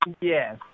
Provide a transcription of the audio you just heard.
Yes